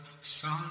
sun